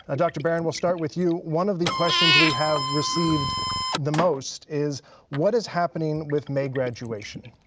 ah dr. barron, we'll start with you. one of the questions we have received the most is what is happening with may graduation?